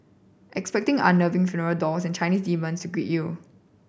expecting unnerving funeral dolls and Chinese demons to greet you